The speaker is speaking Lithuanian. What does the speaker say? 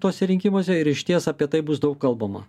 tuose rinkimuose ir išties apie tai bus daug kalbama